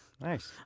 Nice